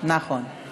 נצביע על כך.